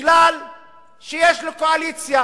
בגלל שיש לי קואליציה